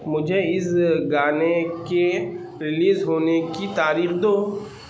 مجھے اس گانے کے ریلیز ہونے کی تاریخ دو